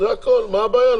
זה הכול, מה הבעיה?